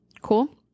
Cool